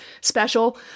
special